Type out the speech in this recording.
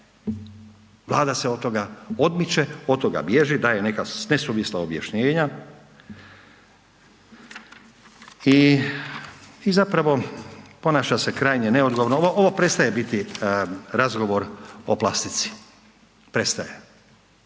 Vlada se od toga odmiče, od toga bježi, daje neka nesuvisla objašnjenja i zapravo ponaša se krajnje neodgovorno. Ovo prestaje biti razgovor o plastici, prestaje,